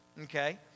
Okay